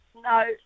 No